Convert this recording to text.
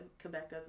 Quebec